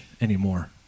anymore